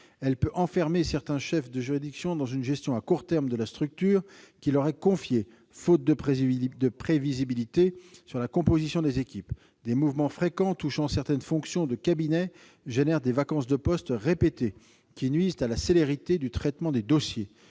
Elle peut enfermer certains chefs de juridiction dans une gestion à court terme de la structure qui leur est confiée, faute de prévisibilité sur la composition des équipes. Des mouvements fréquents touchant certaines fonctions de cabinet génèrent des vacances de poste répétées qui nuisent à la célérité du traitement des dossiers.